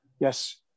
Yes